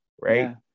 right